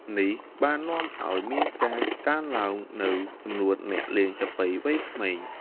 នេះបាននាំឱ្យមានការកើនឡើងនូវចំនួនអ្នកលេងចាប៉ីវ័យក្មេង។